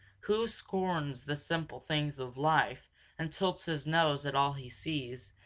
who scorns the simple things of life and tilts his nose at all he sees,